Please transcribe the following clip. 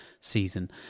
season